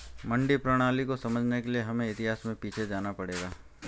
मंडी प्रणाली को समझने के लिए हमें इतिहास में पीछे जाना पड़ेगा